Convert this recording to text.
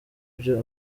byo